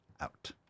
out